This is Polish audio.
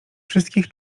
wszystkich